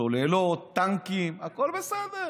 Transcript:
צוללות, טנקים, הכול בסדר.